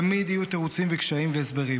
תמיד יהיו תירוצים וקשיים והסברים.